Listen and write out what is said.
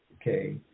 okay